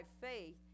faith